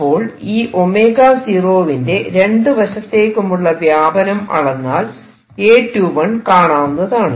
അപ്പോൾ ഈ 𝞈0 വിന്റെ രണ്ടുവശത്തേക്കുമുള്ള വ്യാപനം അളന്നാൽ A21 കാണാവുന്നതാണ്